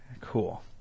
cool